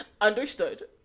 understood